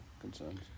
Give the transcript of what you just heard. concerns